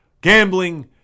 gambling